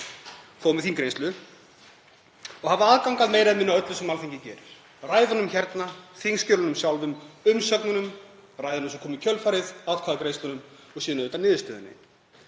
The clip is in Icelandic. þó með þingreynslu, og hafa aðgang að meira eða minna öllu sem Alþingi gerir; ræðunum hérna, þingskjölunum sjálfum, umsögnunum, ræðum sem koma í kjölfarið, atkvæðagreiðslum og síðan auðvitað niðurstöðunni.